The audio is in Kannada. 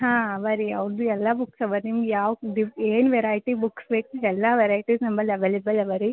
ಹಾಂ ಬನ್ರಿ ಅವ್ರದ್ದು ಎಲ್ಲ ಬುಕ್ಸ್ ಇವೆ ನಿಮ್ಗೆ ಯಾವ್ದು ಬೀ ಏನು ವೆರೈಟಿ ಬುಕ್ಸ್ ಬೇಕು ಎಲ್ಲ ವೆರೈಟೀಸ್ ನಮ್ಮಲ್ಲ್ ಅವಲೇಬಲ್ ಇವೆ ರೀ